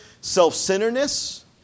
self-centeredness